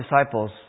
disciples